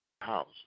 house